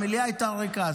המליאה הייתה ריקה.